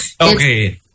Okay